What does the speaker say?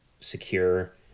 secure